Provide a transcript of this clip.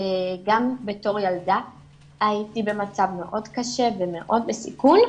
גם בתור ילדה הייתי במצב מאוד קשה ומאוד בסיכון,